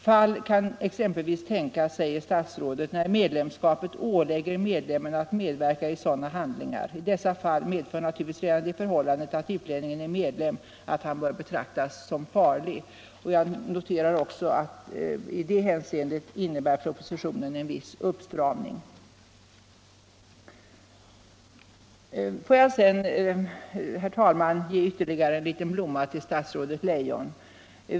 Fall kan exempelvis tänkas, säger statsrådet, när medlemskapet ålägger medlemmen att medverka i sådana handlingar. I dessa fall medför naturligtvis redan det förhållandet, att utlänningen är medlem, att han bör betraktas som farlig, heter det vidare. Jag noterar att i det hänseendet innebär propositionen en viss uppstramning. Får jag sedan, herr talman, ge ytterligare en liten blomma till statsrådet Leijon.